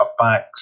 cutbacks